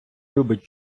любить